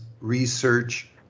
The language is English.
research